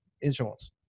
insurance